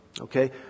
Okay